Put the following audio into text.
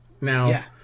Now